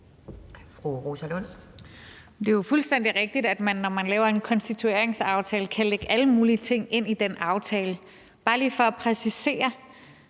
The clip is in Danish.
Det er jo fuldstændig rigtigt, at når man laver en konstitueringsaftale, kan man lægge alle mulige ting ind i den aftale. Bare lige for at præcisere: